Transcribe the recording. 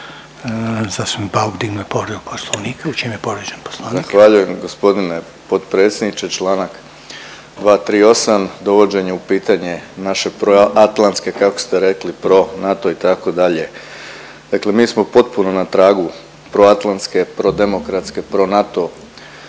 Zastupnik Bauk dignuo je povredu Poslovnika. U čem je povrijeđen Poslovnik? **Bauk, Arsen (SDP)** Zahvaljujem gospodine potpredsjedniče. Članak 238., dovođenje u pitanje naše proatlantske kako ste rekli pronato itd., dakle mi smo potpuno na tragu proatlantske, prodemokratske, pronato